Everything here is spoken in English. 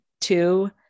two